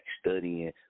studying